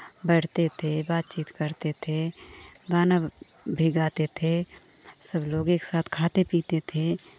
बैठते थे बातचीत करते थे गाना भी गाते थे सब लोग एक साथ खाते पीते थे